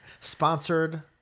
Sponsored